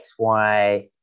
XY